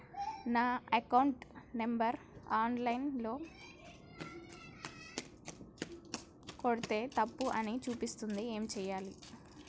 నా account number online ల కొడ్తే తప్పు అని చూపిస్తాంది ఏం చేయాలి?